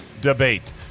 debate